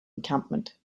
encampment